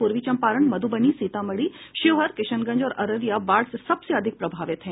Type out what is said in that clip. पूर्वी चंपारण मध्रबनी सीतामढ़ी शिवहर किशनगंज और अररिया बाढ़ से सबसे अधिक प्रभावित हैं